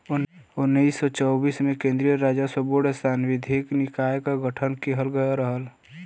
उन्नीस सौ चौबीस में केन्द्रीय राजस्व बोर्ड सांविधिक निकाय क गठन किहल गयल रहल